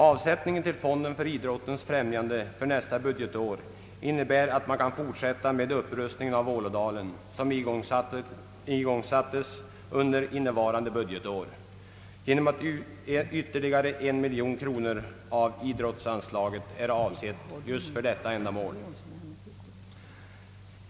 Avsättningen till fonden för idrottens främjande under nästa budgetår innebär att man kan fortsätta med upprustningen av Vålådalen som igång sattes innevarande budgetår genom att ytterligare 1 miljon kronor av idrottsanslaget är avsett just för detta ändamål.